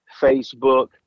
Facebook